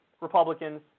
Republicans